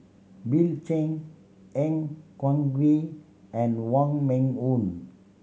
Bill Chen Han Guangwei and Wong Meng Voon